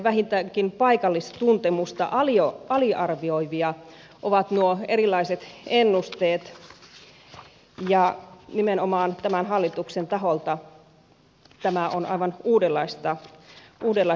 tarkoitushakuisia ja vähintäänkin paikallistuntemusta aliarvioivia ovat nuo erilaiset ennusteet ja nimenomaan tämän hallituksen taholta tämä on aivan uudenlaista toimintaa